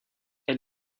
elle